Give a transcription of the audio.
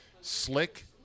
slick